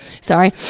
sorry